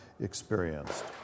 experienced